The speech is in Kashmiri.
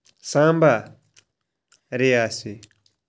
سامبا رِیاسی